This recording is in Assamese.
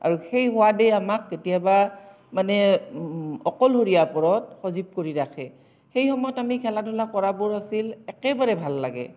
আৰু সেই সোৱাদেই আমাক কেতিয়াবা মানে অকলশৰীয়া পৰত সজীৱ কৰি ৰাখে সেই সময়ত আমি খেলা ধূলা কৰাবোৰ আছিল একেবাৰে ভাল লাগে